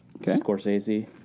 Scorsese